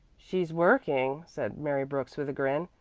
she's working, said mary brooks with a grin.